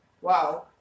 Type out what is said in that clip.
Wow